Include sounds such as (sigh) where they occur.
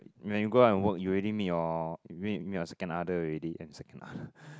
when you go out and work you already meet your meet meet your second other already and second other (breath)